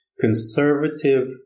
conservative